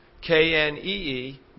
K-N-E-E